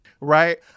right